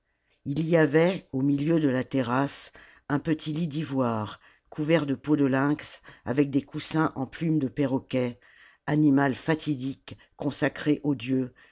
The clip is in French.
il y avait au milieu de la terrasse un petit lit d'ivoire couvert de peaux de lynx avec des coussins en plumes de perroquet animal fatidique consacré aux dieux